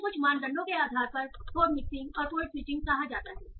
इन्हें कुछ मानदंडों के आधार पर कोड मिक्सिंग और कोड स्विचिंग कहा जाता है